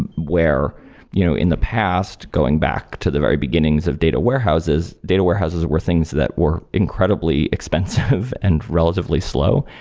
and where you know in the past going back to the very beginnings of data warehouses, data warehouses were things that were incredibly expensive and relatively slow.